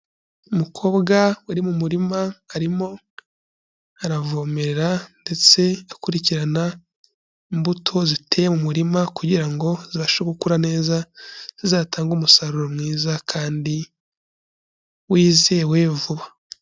Umukobwa uri mu murima arimo aravomerera ndetse akurikirana imbuto ziteye mu murima kugira ngo zibashe gukura neza zizatange umusaruro mwiza kandi wizewe vuba.